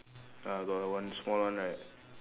ah got one small one right